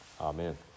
Amen